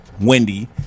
Wendy